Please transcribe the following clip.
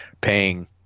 paying